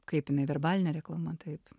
kaip jinai verbalinė reklama taip